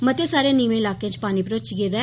मते सारे नीमें इलाकें च पानी भरोची गेदा ऐ